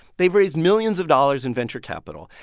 they've raised millions of dollars in venture capital.